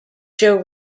show